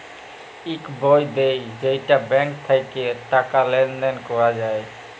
ইক বই দেয় যেইটা ব্যাঙ্ক থাক্যে টাকা লেলদেল ক্যরা যায়